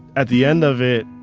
at the end of it,